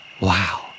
Wow